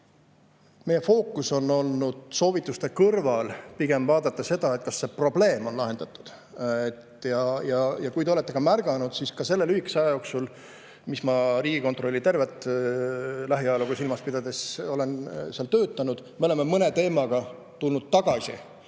Meie fookus on olnud soovituste kõrval pigem vaadata seda, kas see probleem on lahendatud. Kui te olete märganud, siis ka selle lühikese aja jooksul – Riigikontrolli tervet lähiajalugu silmas pidades –, mis ma olen seal töötanud, me oleme mõne teema juurde tulnud tagasi,